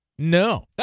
No